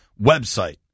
website